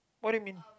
what you mean